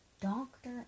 doctor